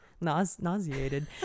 nauseated